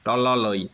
তললৈ